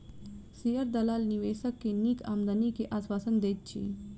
share दलाल निवेशक के नीक आमदनी के आश्वासन दैत अछि